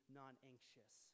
non-anxious